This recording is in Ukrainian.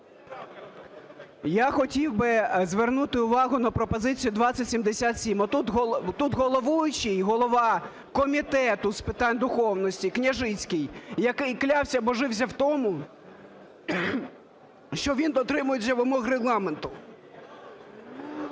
Я хотів би звернути увагу на пропозицію 2077. Тут головуючий, голова Комітету з питань духовності Княжицький, який клявся-божився в тому, що він дотримується вимог Регламенту.